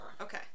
okay